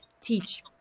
teach